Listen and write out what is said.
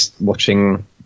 watching